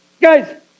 Guys